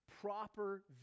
proper